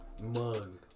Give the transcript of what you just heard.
mug